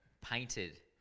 painted